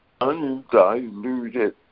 undiluted